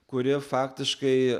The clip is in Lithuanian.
kuri faktiškai